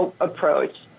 approach